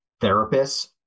therapists